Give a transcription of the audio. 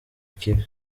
ikibi